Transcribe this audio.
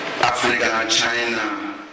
Africa-China